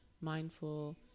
mindful